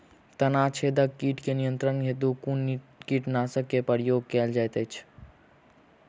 तना छेदक कीट केँ नियंत्रण हेतु कुन कीटनासक केँ प्रयोग कैल जाइत अछि?